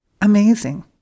amazing